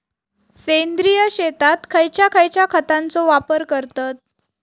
सेंद्रिय शेतात खयच्या खयच्या खतांचो वापर करतत?